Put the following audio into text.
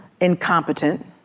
incompetent